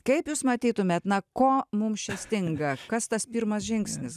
kaip jūs matytumėt na ko mums čia stinga kas tas pirmas žingsnis